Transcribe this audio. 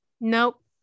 nope